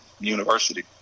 university